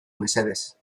mesedez